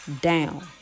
down